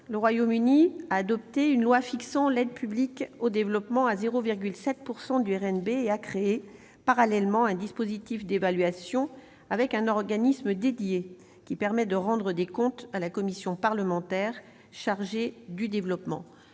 le Royaume-Uni a adopté une loi fixant l'aide publique au développement à 0,7 % de son RNB et a créé, parallèlement, un dispositif d'évaluation avec un organisme dédié qui permet de rendre des comptes à la commission parlementaire chargée du développement.